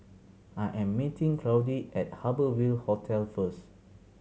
I am meeting Claudie at Harbour Ville Hotel first